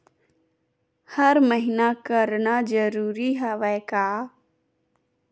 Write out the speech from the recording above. हर महीना करना जरूरी हवय का?